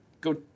go